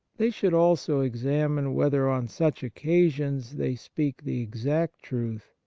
they should also examine whether on such occasions they speak the exact truth,